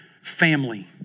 Family